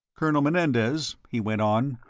colonel menendez, he went on,